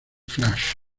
flash